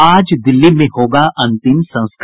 आज दिल्ली में होगा अंतिम संस्कार